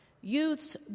Youths